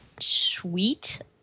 sweet